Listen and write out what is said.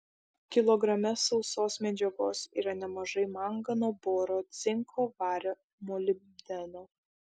kilograme sausos medžiagos yra nemažai mangano boro cinko vario molibdeno